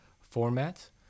format